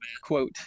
quote